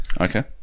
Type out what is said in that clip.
Okay